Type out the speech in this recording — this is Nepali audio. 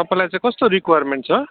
तपाईँलाई चाहिँ कस्तो रिक्वायरमेन्ट छ